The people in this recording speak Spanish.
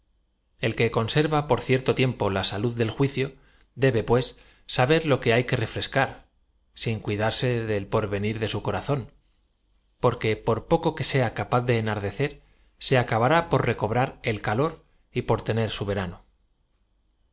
l que con serva por cierto tiempo la salud del juicio debe pues saber lo que hay que refrescar sin cuidarse d el port eoir de su corazón porque por poco que aea ca paz de enardecer se acabará por recobrar el calor y por tener su